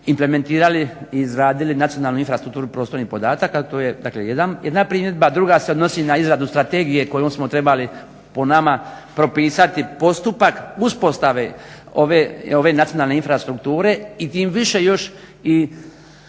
implementirali i izradili nacionalnu infrastrukturu prostornih podataka. To je dakle jedna primjedba. Druga se odnosi na izradu strategije kojom smo trebali po nama propisati postupak uspostave ove nacionalne infrastrukture i tim više još i